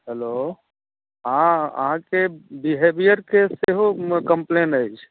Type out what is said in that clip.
hello हँ अहाँके बिहेवियरके सेहो कम्प्लेन अछि